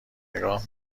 نگاه